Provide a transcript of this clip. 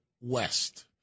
west